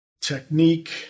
technique